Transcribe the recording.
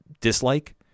dislike